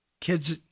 kids